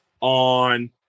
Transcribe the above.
on